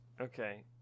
Okay